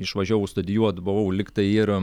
išvažiavau studijuot buvau lyg tai ir